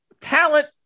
talent